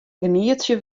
genietsje